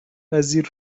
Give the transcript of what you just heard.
وزیر